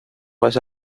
has